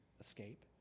escape